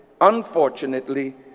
unfortunately